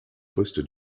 poste